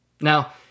now